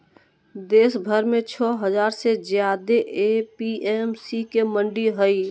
देशभर में छो हजार से ज्यादे ए.पी.एम.सी के मंडि हई